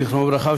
זכרו לברכה,